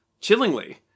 Chillingly